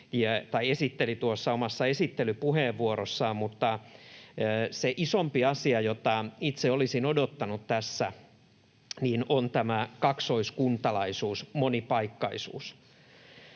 tuossa omassa esittelypuheenvuorossaan, mutta se isompi asia, jota itse olisin odottanut tässä, on tämä kaksoiskuntalaisuus, monipaikkaisuus.